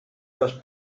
los